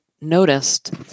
noticed